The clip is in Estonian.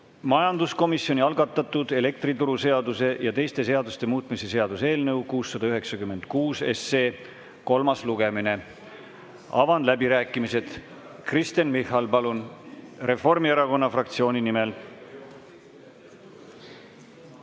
majanduskomisjoni algatatud elektrituruseaduse ja teiste seaduste muutmise seaduse eelnõu 696 kolmas lugemine. Avan läbirääkimised. Kristen Michal, palun, Reformierakonna fraktsiooni nimel!